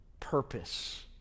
purpose